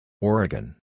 Oregon